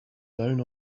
down